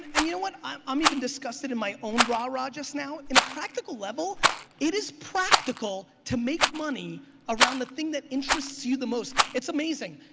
and you know what? i'm even disgusted in my own rah-rah just now. in a practical level it is practical to make money around the thing that interests you the most. it's amazing.